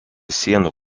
sienų